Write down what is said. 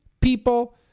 people